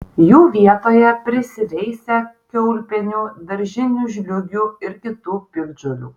jų vietoje prisiveisia kiaulpienių daržinių žliūgių ir kitų piktžolių